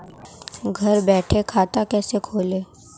घर बैठे खाता कैसे खोलें?